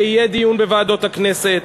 ויהיה דיון בוועדות הכנסת,